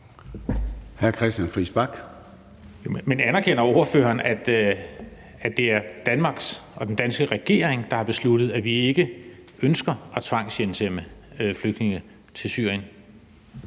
Men anerkender ordføreren, at det er Danmark og den danske regering, der har besluttet, at man ikke ønsker at tvangshjemsende flygtninge til Syrien?